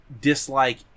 dislike